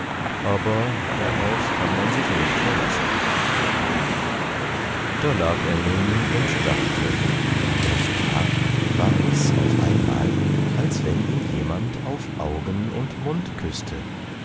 aber darauf kann man sich nicht verlassen da lag er nun und dachte und da war es auf einmal als wenn ihn jemand auf augen und mund küßte